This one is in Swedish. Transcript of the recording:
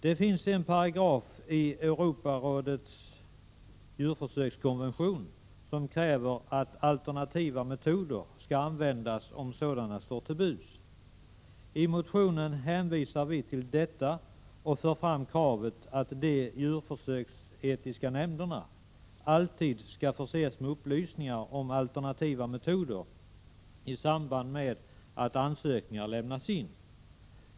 Det finns en paragraf i Europarådets djurförsökskonvention där det krävs att alternativa metoder skall användas om sådana står till buds. I motionen hänvisar vi till detta och för fram kravet att de djurförsöksetiska nämnderna alltid skall förses med upplysningar om alternativa metoder i samband med att ansökningar lämnas in.